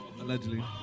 Allegedly